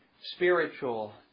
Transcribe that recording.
spiritual